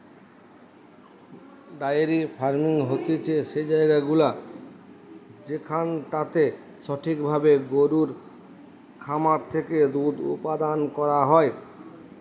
diary farming হতিছে সেই জায়গাগুলা যেখানটাতে সঠিক ভাবে গরুর খামার থেকে দুধ উপাদান করা হয়